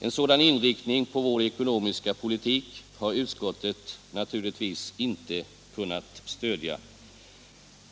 En sådan inriktning av vår ekonomiska politik har utskottet naturligtvis inte kunnat stödja.